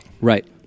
Right